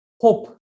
hope